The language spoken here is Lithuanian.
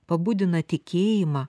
pabudina tikėjimą